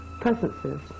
presences